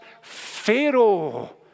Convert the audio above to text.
Pharaoh